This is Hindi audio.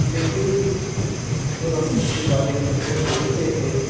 लेकिन जब हम किसी वाद्य यंत्र को सुनते हैं